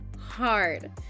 hard